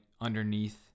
underneath